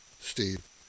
Steve